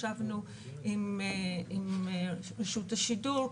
ישבנו עם רשות השידור,